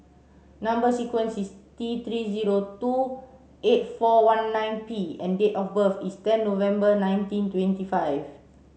number sequence is T three zero two eight four one nine P and date of birth is ten November nineteen twenty five